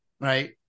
Right